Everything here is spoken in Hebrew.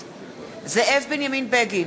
זאב בנימין בגין,